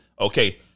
Okay